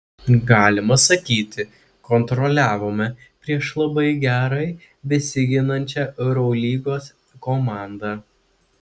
galima sakyti kontroliavome prieš labai gerai besiginančią eurolygos komandą